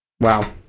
Wow